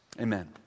amen